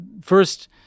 First